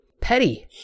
Petty